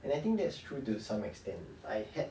and I think that's true to some extent I've had